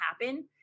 happen